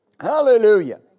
Hallelujah